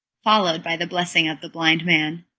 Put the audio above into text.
followed by the blessing of the blind man.